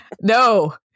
No